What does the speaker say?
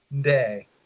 day